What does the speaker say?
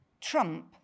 Trump